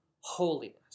Holiness